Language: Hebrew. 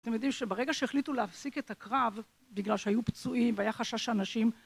אתם יודעים שברגע שהחליטו להפסיק את הקרב, בגלל שהיו פצועים, והיה חשש אנשים